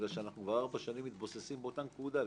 בגלל שאנחנו כבר ארבע שנים מתבוססים באותה נקודה.